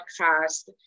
podcast